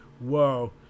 whoa